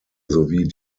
sowie